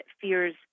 fears